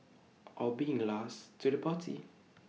or being last to the party